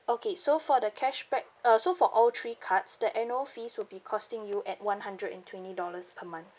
okay so for the cashback uh so for all three cards the annual fees would be costing you at one hundred and twenty dollars per month